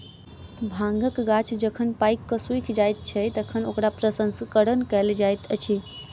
भांगक गाछ जखन पाइक क सुइख जाइत छै, तखन ओकरा प्रसंस्करण कयल जाइत अछि